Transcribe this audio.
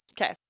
okay